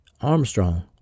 Armstrong